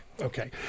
Okay